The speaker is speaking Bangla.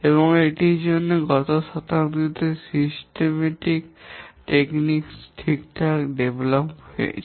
এবং এটির জন্য গত শতাব্দীতে পদ্ধতিগত টেকনিক ঠিকঠাকভাবে উন্নত হয়েছে